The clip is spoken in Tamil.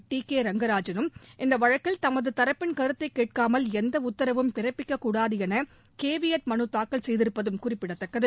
டி கே ரங்கராஜனும் இந்த வழக்கில் தமது தரப்பின் கருத்தைக் கேட்காமல் எந்த உத்தரவும் பிறப்பிக்கக்கூடாது என கேவியட் மனுதாக்கல் செய்திருப்பதும் குறிப்பிடத்தக்கது